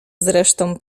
zresztą